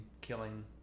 killing